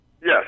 Yes